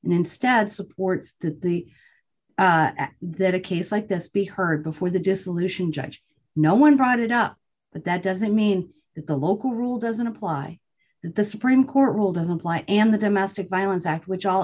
instead supports that the that a case like this be heard before the dissolution judge no one brought it up but that doesn't mean that the local rule doesn't apply the supreme court rule doesn't apply and the domestic violence act which all